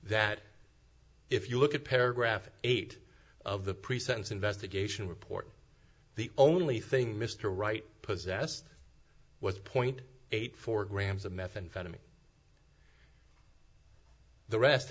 that if you look at paragraph eight of the pre sentence investigation report the only thing mr wright possessed was point eight four grams of methamphetamine the rest